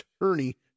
attorney